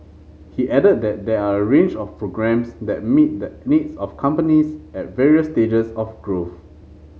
he added that there are a range of programmes that meet the needs of companies at various stages of growth